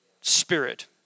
spirit